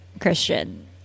Christian